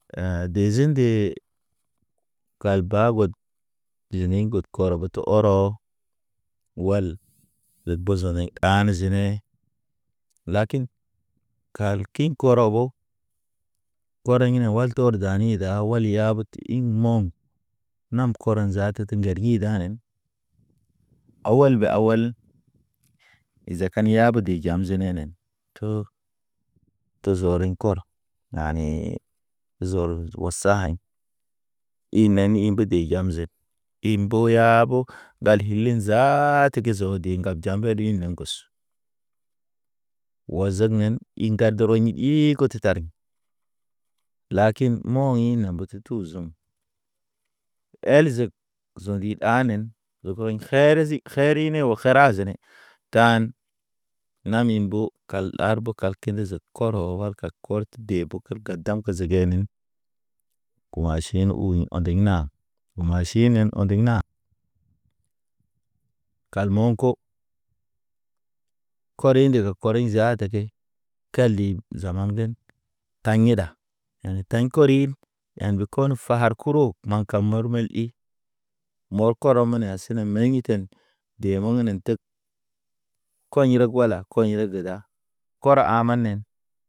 De zin de gal ba wod, dini ŋgɔd kɔrɔg tə ɔrɔ wal ɗəg bozonay an zine. Lakin, kalkiŋ korawbo, kɔrɔ ine wal tɔr dani da wal yab ti ḭŋ mo̰ŋ. Nam kɔrɔ zaatat ŋgər i danen, awal be awal. Zakan ya bede jam zenenen to, to zɔri kɔrɔ nani. Zɔr osaɲ i nami i mbede jam zen, i mboyaa ɓok. Ɓal hilin zaata ke teg zɔ de ŋgab ja mbel in na ŋgɔs. Wa zak nen i ŋgad rɔy ḭ ii kote tariŋ, Lakin mo̰ ina mbat tu zoŋ, el zek zondi ɗanen. Zokoy herezi hereni o hera zene, taan nami mbo kal ɗar ɓo kal kene zek, kɔrɔ wal kar kɔr te debo kel gadaŋ ke zegenen. Uwa ʃiŋ u ɔndiŋ na, uma sinen ɔndiŋ na kal mɔŋ ko kɔriŋ ndigi kɔriŋ zaata ke. Ke lim, zaman ŋgen taɲ e da, yane taɲ korim. Yan be kono far koro maŋ kaŋ mɔr mel ɗi, mɔr kɔrɔ mene asi ne meɲ iten. De meŋ nen teg kɔɲ reg wala kɔɲ reg da, kɔr amanen.